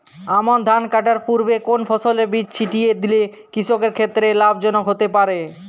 আমন ধান কাটার পূর্বে কোন ফসলের বীজ ছিটিয়ে দিলে কৃষকের ক্ষেত্রে লাভজনক হতে পারে?